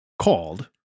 called